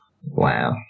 wow